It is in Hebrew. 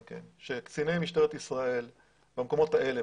שקציני משטרת ישראל במקומות האלה,